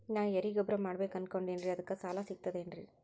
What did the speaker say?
ನಾ ಎರಿಗೊಬ್ಬರ ಮಾಡಬೇಕು ಅನಕೊಂಡಿನ್ರಿ ಅದಕ ಸಾಲಾ ಸಿಗ್ತದೇನ್ರಿ?